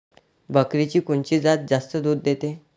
बकरीची कोनची जात जास्त दूध देते?